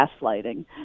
gaslighting